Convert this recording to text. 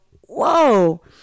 whoa